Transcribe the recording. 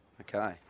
Okay